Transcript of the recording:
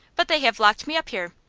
but they have locked me up here.